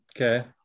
Okay